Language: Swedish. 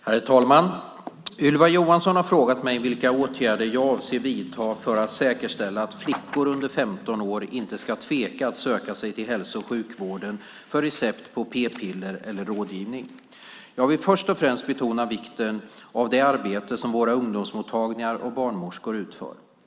Herr talman! Ylva Johansson har frågat mig vilka åtgärder jag avser att vidta för att säkerställa att flickor under 15 år inte ska tveka att söka sig till hälso och sjukvården för recept på p-piller eller rådgivning. Jag vill först och främst betona vikten av det arbete som våra ungdomsmottagningar och barnmorskor utför.